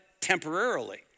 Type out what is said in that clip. temporarily